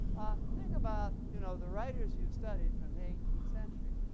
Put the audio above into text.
think about you know the writers you've studied from the eighteenth century.